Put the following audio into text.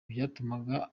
byatumaga